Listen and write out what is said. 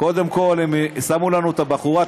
קודם כול הם שמו לנו את הבחורה,